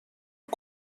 est